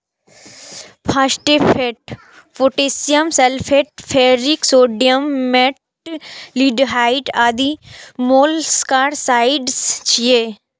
phosphate, potassium sulphate, ferric sodium, metaldehyde आदि molluscicides छियै